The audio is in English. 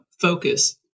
focus